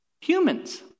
Humans